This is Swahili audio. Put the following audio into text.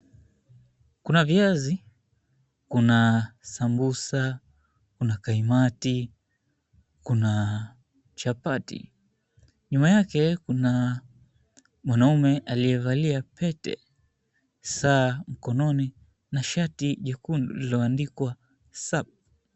Kuna viazi, kuna sambusa, kuna kaimati, kuna chapati. Nyuma yake kuna mwanaume aliyevalia pete, saa mkononi na shati jekundu lililoandikwa Sup.